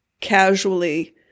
casually